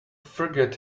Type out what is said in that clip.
forget